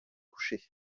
coucher